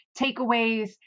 takeaways